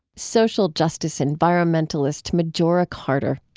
social justice environmentalist majora carter.